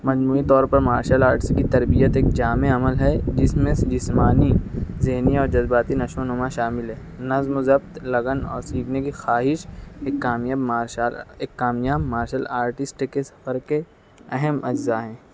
مجموعی طور پر مارشل آرٹس کی تربیت ایک جامع عمل ہے جس میں جسمانی ذہنی اور جذباتی نشوونما شامل ہے نظم و ضبط لگن اور سییکھنے کی خواہش ایک کامیاب مارشال ایک کامیاب مارشل آرٹسٹ کے سفر کے اہم اجزا ہیں